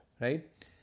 right